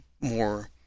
more